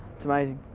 it's amazing.